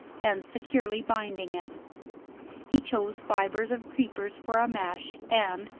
and securely binding it he chose fibres of creepers for a mesh, and,